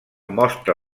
mostra